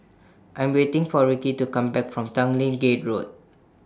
I Am waiting For Rickey to Come Back from Tanglin Gate Road